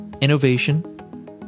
innovation